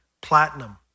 platinum